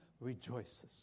rejoices